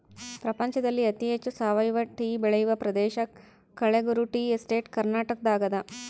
ಪ್ರಪಂಚದಲ್ಲಿ ಅತಿ ಹೆಚ್ಚು ಸಾವಯವ ಟೀ ಬೆಳೆಯುವ ಪ್ರದೇಶ ಕಳೆಗುರು ಟೀ ಎಸ್ಟೇಟ್ ಕರ್ನಾಟಕದಾಗದ